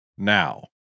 now